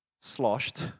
sloshed